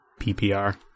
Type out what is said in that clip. PPR